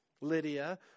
Lydia